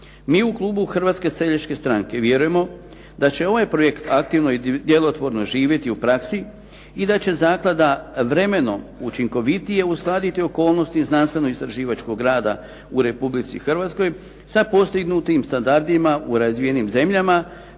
Mi u klubu Hrvatske seljačke stranke vjerujemo da će ovaj projekt aktivno i djelotvorno živjeti u praksi i da će zaklada vremenom učinkovitije uskladiti okolnosti znanstvenoistraživačkog rada u Republici Hrvatskoj sa postignutim standardima u razvijenim zemljama,